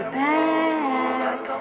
back